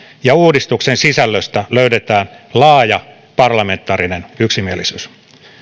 ja uudistuksen sisällöstä löydetään laaja parlamentaarinen yksimielisyys